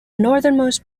northernmost